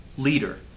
leader